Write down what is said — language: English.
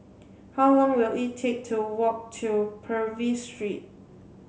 how long will it take to walk to Purvis Street